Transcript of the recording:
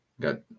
got